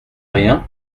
rien